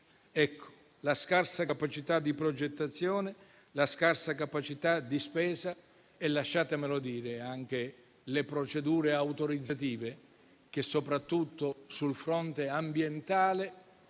la scarsa capacità di progettazione e di spesa e - lasciatemelo dire - anche le procedure autorizzative, che, soprattutto sul fronte ambientale,